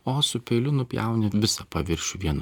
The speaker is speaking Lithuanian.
o su peiliu nupjauni visą paviršių vienu